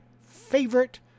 favorite